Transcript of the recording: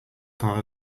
part